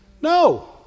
No